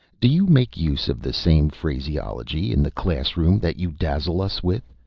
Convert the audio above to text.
do you make use of the same phraseology in the class-room that you dazzle us with,